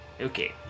okay